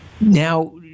Now